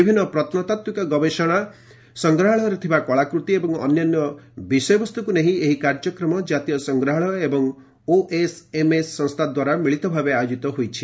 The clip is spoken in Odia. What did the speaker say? ବିଭିନ୍ନ ପ୍ରତ୍ୱତାତ୍ତ୍ୱିକ ଗବେଷଣା ସଂଗ୍ରହାଳୟରେ ଥିବା କଳାକୃତି ଏବଂ ଅନ୍ୟାନ୍ୟ ବିଷୟବସ୍ତୁକୁ ନେଇ ଏହି କାର୍ଯ୍ୟକ୍ରମ ଜାତୀୟ ସଂଗ୍ରହାଳୟ ଏବଂ ଓଏସ୍ଏମ୍ଏସ୍ ସଂସ୍ଥାଦ୍ୱାରା ମିଳିତ ଭାବେ ଆୟୋଜିତ ହୋଇଛି